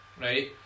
right